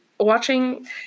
watching